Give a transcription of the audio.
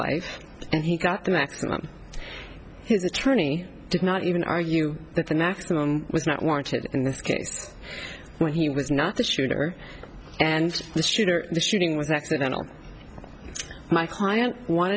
life and he got the maximum his attorney did not even argue that the maximum was not warranted in this case when he was not the shooter and the shooter the shooting was accidental my client